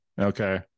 okay